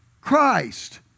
Christ